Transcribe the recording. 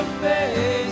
face